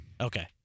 Okay